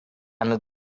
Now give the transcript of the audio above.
another